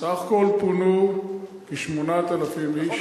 בסך הכול פונו כ-8,000 איש,